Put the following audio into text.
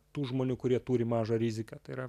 tų žmonių kurie turi mažą riziką tai yra